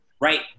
right